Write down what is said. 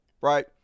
right